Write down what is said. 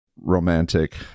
romantic